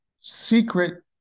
secret